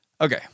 Okay